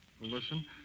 Listen